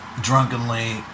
drunkenly